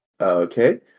Okay